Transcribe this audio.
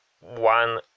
one